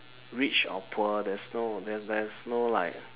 rich or poor there's no there's there's no like